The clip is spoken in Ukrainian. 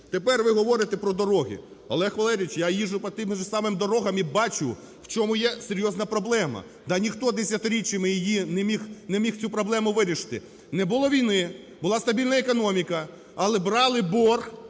Тепер, ви говорите про дороги. Олег Валерійович, я їжджу по тим же самим дорогам і бачу, в чому є серйозна проблема. Та ніхто десятиріччями не міг цю проблему вирішити. Не було війни, була стабільна економіка, але брали борг,